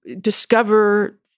discover